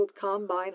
combine